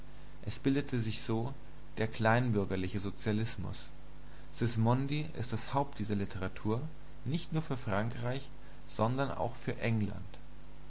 es bildete sich so der kleinbürgerliche sozialismus sismondi ist das haupt dieser literatur nicht nur für frankreich sondern auch für england